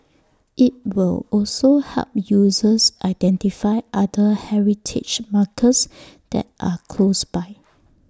IT will also help users identify other heritage markers that are close by